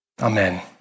Amen